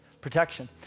Protection